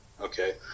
Okay